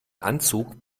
anzug